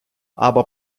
або